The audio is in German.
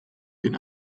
den